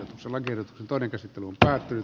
sulander taidekäsittelu päättyy